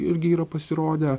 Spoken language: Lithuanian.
irgi yra pasirodę